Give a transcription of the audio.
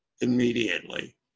immediately